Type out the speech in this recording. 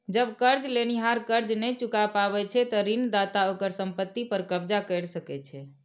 जब कर्ज लेनिहार कर्ज नहि चुका पाबै छै, ते ऋणदाता ओकर संपत्ति पर कब्जा कैर सकै छै